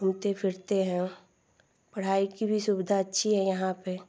घूमते फिरते हैं पढ़ाई की भी सुविधा अच्छी है यहाँ पर